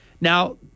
Now